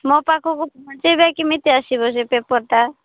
ମୋ ପାଖକୁ ପହଞ୍ଚାଇବେ କେମିତି ଆସିବ ସେ ପେପର୍ଟା